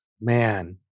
Man